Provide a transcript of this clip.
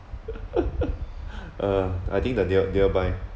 uh I think that they they will buy